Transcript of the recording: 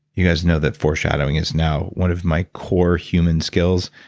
you guys know that foreshadowing is now one of my core human skills.